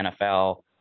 NFL